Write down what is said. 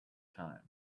time